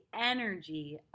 energy